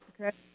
Okay